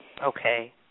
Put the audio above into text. Okay